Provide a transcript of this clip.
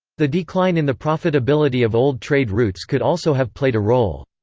the decline in the profitability of old trade routes could also have played a role.